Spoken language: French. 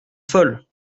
folle